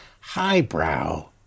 highbrow